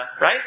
right